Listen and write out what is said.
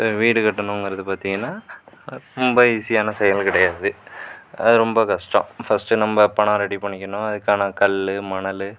வீடு கட்டணுங்கிறது பார்த்தீங்கன்னா ரொம்ப ஈஸியான செயல் கெடையாது அது ரொம்ப கஷ்டம் ஃபர்ஸ்ட்டு நம்ம பணம் ரெடி பண்ணிக்கணும் அதுக்கான கல்லு மணலு